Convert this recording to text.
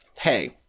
hey